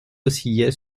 oscillait